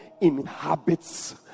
inhabits